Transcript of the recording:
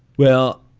well,